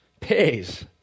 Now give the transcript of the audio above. pays